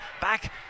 back